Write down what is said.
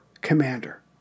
commander